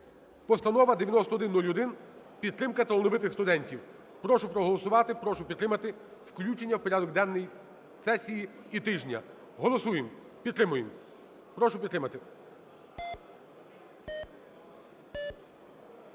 Постанова 9101 – підтримка талановитих студентів. Прошу проголосувати, прошу підтримати включення в порядок денний сесії і тижня. Голосуємо, підтримуємо, прошу підтримати.